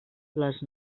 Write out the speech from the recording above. les